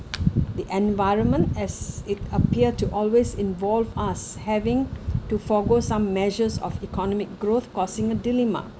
the environment as it appeared to always involve us having to forego some measures of economic growth causing a dilemma